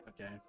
Okay